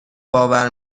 باور